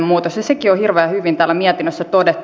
sekin on hirveän hyvin täällä mietinnössä todettu